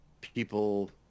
people